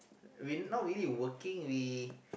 we not really working we